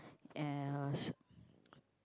as